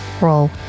Roll